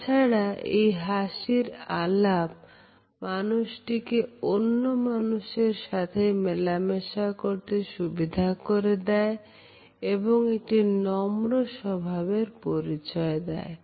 তাছাড়া এই হাসির আলাপ মানুষটিকে অন্য মানুষের সাথে মেলামেশা করতে সুবিধা করে দেয় এবং একটি নম্র স্বভাবের পরিচয় দেয়